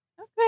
Okay